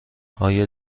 آیا